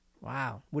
Wow